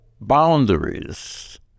boundaries